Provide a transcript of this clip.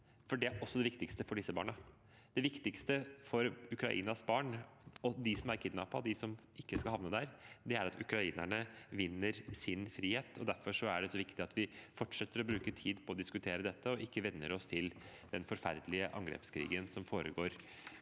Det er også det viktigste for disse barna. Det viktigste for Ukrainas barn – de som er kidnappet, og de som ikke skal havne der – er at Ukraina vinner sin frihet. Derfor er det så viktig at vi fortsetter å bruke tid på å diskutere dette, og at vi ikke venner oss til den forferdelige angrepskrigen som nærmest